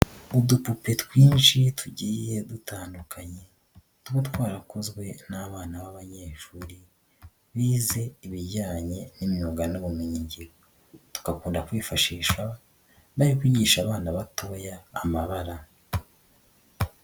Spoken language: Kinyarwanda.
Udupupe twinshi tugiye dutandukanye, tuba twarakozwe n'abana b'abanyeshuri bize ibijyanye n'imyuga n'ubumenyingiro, tugakunda kwifashishwa, bari kwigisha abana batoya amabara.